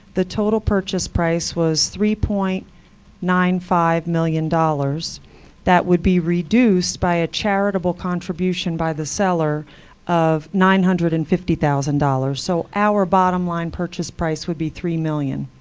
the total purchase price was three point nine five dollars dollars that would be reduced by a charitable contribution by the seller of nine hundred and fifty thousand dollars. so our bottom line purchase price would be three million